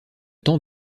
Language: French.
temps